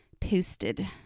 posted